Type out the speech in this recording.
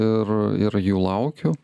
ir ir jų laukiu